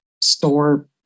store